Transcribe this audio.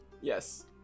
Yes